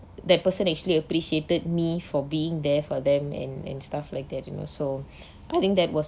that person actually appreciated me for being there for them and and stuff like that you know so I think that was